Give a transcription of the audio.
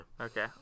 okay